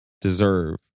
deserve